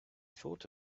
thought